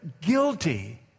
guilty